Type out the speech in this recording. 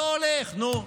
לא הולך, נו.